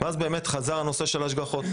ואז חזרו ההשגחות.